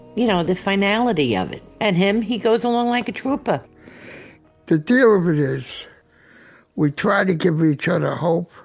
you know, the finality of it and him, he goes along like a trouper the deal of it is, we try to give each other hope.